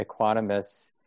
equanimous